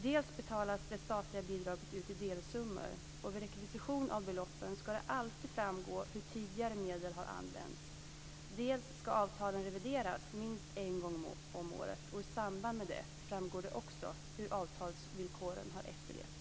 Dels betalas det statliga bidraget ut i delsummor, och vid rekvisition av beloppen ska det alltid framgå hur tidigare medel använts, dels ska avtalen revideras minst en gång om året, och i samband med det framgår det också hur avtalsvillkoren har efterlevts.